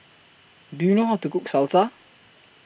Do YOU know How to Cook Salsa